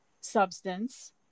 substance